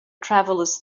travelers